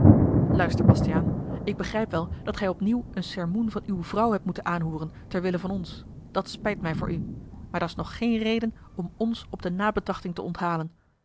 luister bastiaan ik begrijp wel dat gij opnieuw een sermoen van uwe vrouw hebt moeten aanhooren terwille van ons dat spijt mij voor u maar dat's nog geen reden om ons op de nabetrachting te onthalen